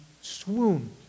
swooned